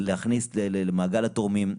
להכניס למעגל התורמים,